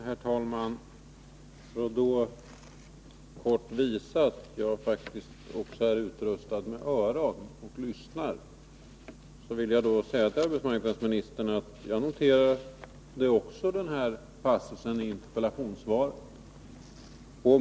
Herr talman! För att kort visa att jag faktiskt också är utrustad med öron och lyssnar vill jag säga till arbetsmarknadsministern att även jag noterade denna passus i interpellationssvaret.